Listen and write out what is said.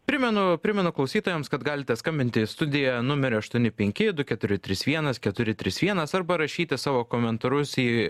primenu primenu klausytojams kad galite skambinti į studiją numeriu aštuoni penki du keturi trys vienas keturi trys vienas arba rašyti savo komentarus į